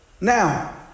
now